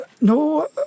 No